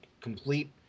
complete